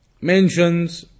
mentions